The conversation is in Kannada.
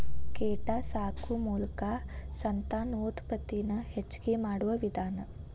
ಕೇಟಾ ಸಾಕು ಮೋಲಕಾ ಸಂತಾನೋತ್ಪತ್ತಿ ನ ಹೆಚಗಿ ಮಾಡುವ ವಿಧಾನಾ